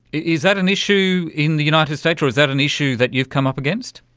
is that an issue in the united states or is that an issue that you've come up against?